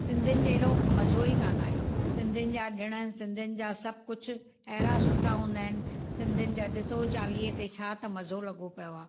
सिंधियुनि जहिड़ो मज़ो ई कोन आहे सिंधियुनि जा ॾिणु सिंधियुनि जा सभु कुझु अहिड़ा सुठा हूंदा आहिनि सिंधियुनि जा ॾिसो चालीहें ते छा त मज़ो लॻो पियो आहे